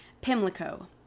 pimlico